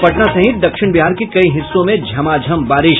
और पटना सहित दक्षिण बिहार के कई हिस्सों में झमाझम बारिश